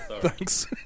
Thanks